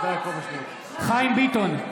(קורא בשמות חברי הכנסת) חיים ביטון,